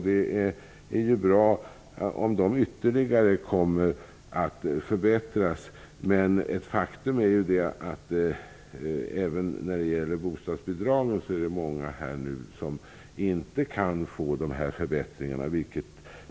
Det är bra om de ytterligare förbättras. Men faktum är att det även när det gäller bostadsbidragen är många som inte kan få nämnda förbättringar.